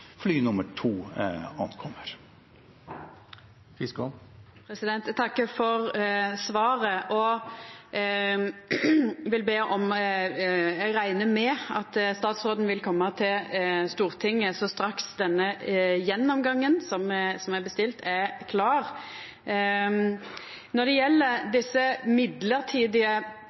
fly nummer to ankommer. Ingrid Fiskaa – til oppfølgingsspørsmål. Eg takkar for svaret. Eg reknar med at statsråden vil koma til Stortinget straks denne gjennomgangen som er bestilt, er klar. Når det gjeld desse